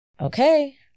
Okay